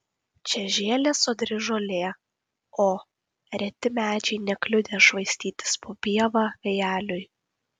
čia žėlė sodri žolė o reti medžiai nekliudė švaistytis po pievą vėjeliui